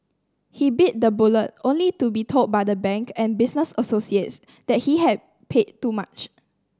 he bit the bullet only to be told by the bank and business associates that he had paid too much